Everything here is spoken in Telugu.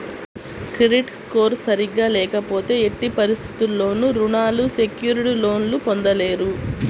క్రెడిట్ స్కోర్ సరిగ్గా లేకపోతే ఎట్టి పరిస్థితుల్లోనూ రుణాలు సెక్యూర్డ్ లోన్లు పొందలేరు